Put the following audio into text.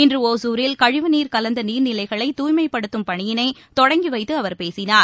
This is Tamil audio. இன்றுஒருரில் கழிவுநீர் கலந்தநீர்நிலைகளைதாய்மைப்படுத்தும் பணியிளைதொடங்கிவைத்துஅவர் பேசினார்